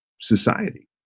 society